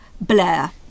Blair